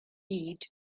heat